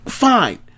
Fine